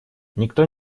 никто